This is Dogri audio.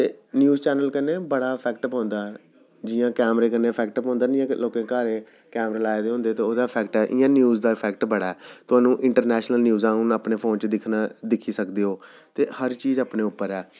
न्यूज़ चैनल कन्नै बड़ा इफेक्ट पौंदा जि'यां कैमरे कन्नै इफेक्ट पौंदा नी लोकें घर कैमरे लाए दे होंदे ते ओह्दा इफेक्ट ऐ ते इ'यां न्यूज़ दा इफेक्ट बड़ा ऐ थाह्नूं इंटरनेशनल न्यूजां हून अपने फोन च दिक्खी सकदे हो ते हर चीज़ अपने उप्पर ऐ